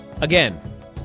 again